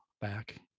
back